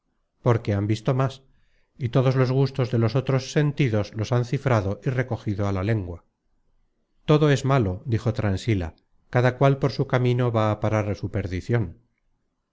porque han visto más y todos los gustos de los otros sentidos los han cifrado y recogido á la lengua todo es malo dijo transila cada cual por su camino va á parar á su perdicion